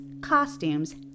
Costumes